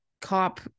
cop